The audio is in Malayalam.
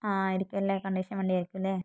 ആ ആയിരിക്കുമല്ലേ കണ്ടീഷൻ വണ്ടി ആയിരിക്കുമല്ലേ